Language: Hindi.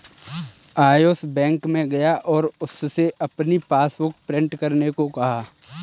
आयुष बैंक में गया और उससे अपनी पासबुक प्रिंट करने को कहा